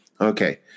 okay